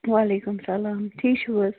وعلیکُم سَلام ٹھیٖک چھِو حظ